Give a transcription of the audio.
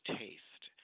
taste